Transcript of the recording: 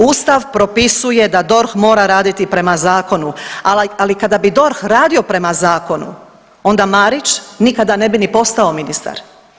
Ustav propisuje da DORH mora raditi prema zakonu, ali kada bi DORH radio prema zakonu ona Marić nikada ne bi ni postao ministar.